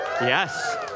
Yes